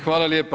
Hvala lijepo.